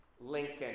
Lincoln